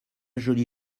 joli